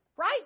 right